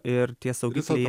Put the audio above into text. ir tie saugikliai